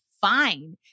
fine